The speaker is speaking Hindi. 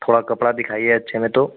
थोड़ा कपड़ा दिखाइए अच्छे में तो